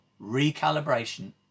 recalibration